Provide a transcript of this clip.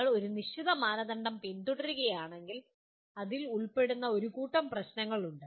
നിങ്ങൾ ഒരു നിശ്ചിത മാനദണ്ഡം പിന്തുടരുകയാണെങ്കിൽ അതിൽ ഉൾപ്പെടുന്ന ഒരു കൂട്ടം പ്രശ്നങ്ങളുണ്ട്